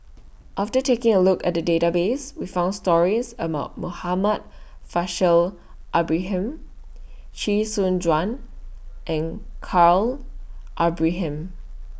after taking A Look At The Database We found stories about Muhammad Faishal Ibrahim Chee Soon Juan and Khalil Ibrahim